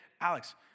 Alex